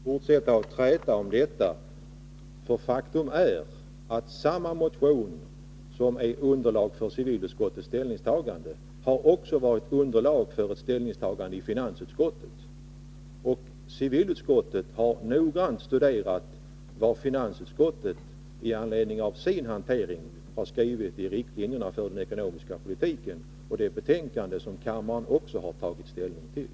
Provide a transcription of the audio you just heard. Fru talman! Vi skall väl inte fortsätta att träta om detta. Faktum är att samma motion som är underlag för civilutskottets ställningstagande också har utgjort underlag för ett ställningstagande i finansutskottet. Civilutskottet har noggrant studerat vad finansutskottet med anledning av sin hantering har skrivit i riktlinjerna för den ekonomiska politiken i och det betänkande som kammaren också har tagit ställning till.